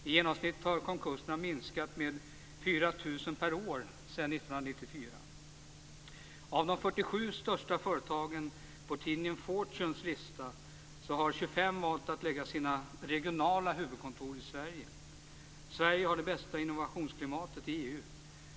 I genomsnitt har konkurserna minskat med Av de 47 största företagen på tidningen Fortunes lista har 25 valt att lägga sina regionala huvudkontor i Sverige. Sverige har det bästa innovationsklimatet i EU.